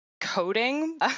coding